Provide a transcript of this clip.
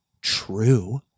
true